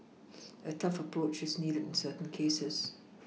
a tough approach is needed in certain cases